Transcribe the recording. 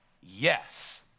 Yes